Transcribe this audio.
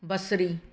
बसरी